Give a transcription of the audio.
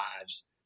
lives